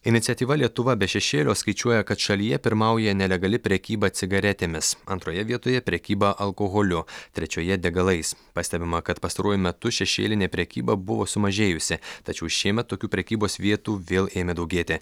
iniciatyva lietuva be šešėlio skaičiuoja kad šalyje pirmauja nelegali prekyba cigaretėmis antroje vietoje prekyba alkoholiu trečioje degalais pastebima kad pastaruoju metu šešėlinė prekyba buvo sumažėjusi tačiau šiemet tokių prekybos vietų vėl ėmė daugėti